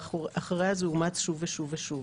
ואחרי זה זה אומץ שוב ושוב ושוב.